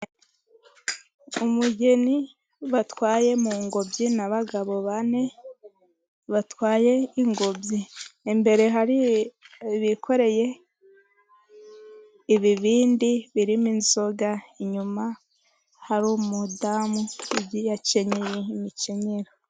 Umugeni batwaye mu ngobyi, n' abagabo bane batwaye ingobyi. Imbere hari abikoreye ibibindi birimo inzoga, inyuma hari umudamu ugiye akenyeye imikenyero.